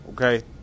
Okay